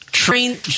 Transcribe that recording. train